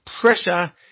pressure